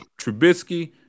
Trubisky